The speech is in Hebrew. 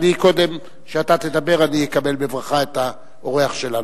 קודם שאתה תדבר, אני אקבל בברכה את האורח שלנו.